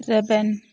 ᱨᱮᱵᱮᱱ